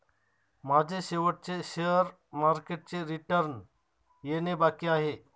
माझे शेवटचे शेअर मार्केटचे रिटर्न येणे बाकी आहे